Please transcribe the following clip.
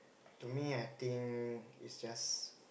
to me I think it's just